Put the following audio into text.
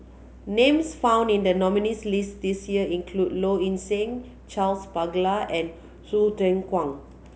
names found in the nominees' list this year include Low Ing Sing Charles Paglar and Hsu Ten Kwang